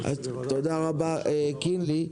תודה רבה קינלי.